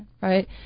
right